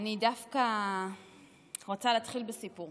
אני דווקא רוצה להתחיל בסיפור.